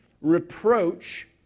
reproach